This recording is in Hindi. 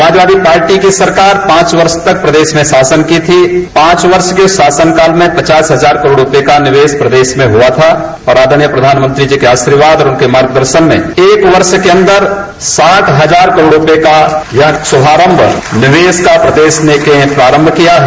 समाजवादी पार्टी की सरकार पांच वर्ष तक प्रदेश में शासन की थी पांच वर्ष के शासन काल में पचास हजार करोड़ रूपये का निवेश प्रदेश में हुआ था और आदरणीय प्रधान मंत्री जी के आर्शीर्वाद और उनके मार्ग दर्शन में एक वर्ष के अन्दर साठ हजार करोड़ रूपये का यह शुभारम्भ निवेश का ग्रदेश में केन्द्र प्रारम्भ किया है